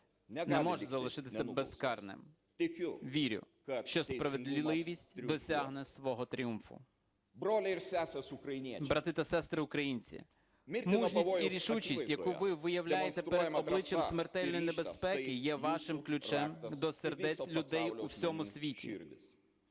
не можуть залишитися безкарними. Вірю, що справедливість досягне свого тріумфу. Брати та сестри українці, мужність і рішучість, яку ви виявляєте перед обличчям смертельної небезпеки є вашим ключем до сердець людей у всьому світі.